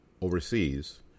overseas